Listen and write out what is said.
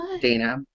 Dana